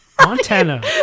Montana